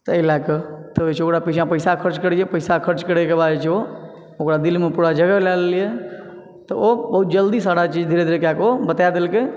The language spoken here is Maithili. तैं लयकऽ तऽ ओकरा पीछा पैसा खर्च करैए पैसा खर्च करयके बाद जे छै ओ ओकरा दिलमे पूरा जगह ले ललियै तऽ ओ बहुत जल्दी सारा चीज धीरे धीरे कयके ओ बतै दलकय